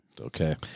Okay